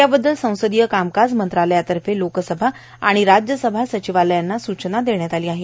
यावद्दल संसदीय कामकाज मंत्रालयातर्फे लोकसभा आणि राज्यसभा सचिवालयांना सूचना देण्यात आली आहे